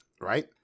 right